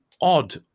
odd